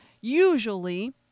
usually